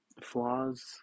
flaws